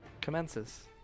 commences